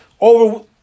over